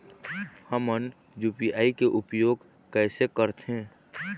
हमन यू.पी.आई के उपयोग कैसे करथें?